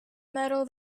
metal